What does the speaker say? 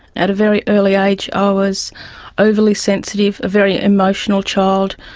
at a very early age i was overly sensitive, a very emotional child,